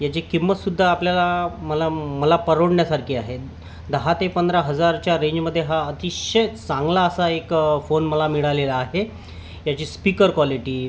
याची किंमतसुद्धा आपल्याला मला म मला परवडण्यासारखी आहे दहा ते पंधरा हजारच्या रेंजमध्ये हा अतिशय चांगला असा एक फोन मला मिळालेला आहे याची स्पीकर कॉलिटी